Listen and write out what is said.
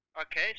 Okay